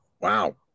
Wow